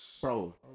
bro